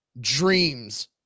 Dreams